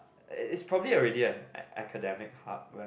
is probably a ready an academic hub when